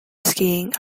skiing